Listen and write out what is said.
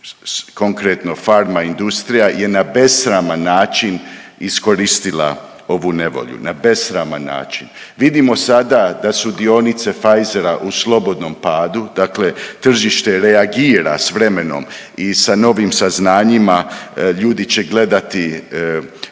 konkretno farma industrija je na besraman način iskoristila ovu nevolju. Na besraman način. Vidimo sada da su dionice Pfizera u slobodnom padu, dakle tržište reagira s vremenom i sa novim saznanjima ljudi će gledati drugim